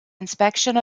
inspection